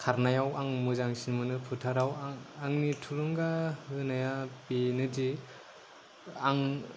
खारनायाव आं मोजांसिन मोनो फोथाराव आंनि थुलुंगा होनाया बेनो दि आं